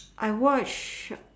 I watch